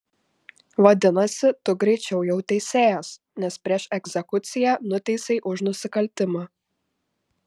vadinasi tu greičiau jau teisėjas nes prieš egzekuciją nuteisei už nusikaltimą